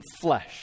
flesh